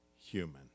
human